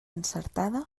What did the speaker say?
encertada